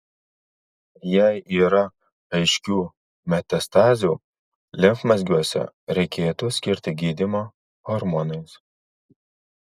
jei yra aiškių metastazių limfmazgiuose reikėtų skirti gydymą hormonais